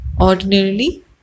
Ordinarily